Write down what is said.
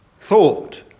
thought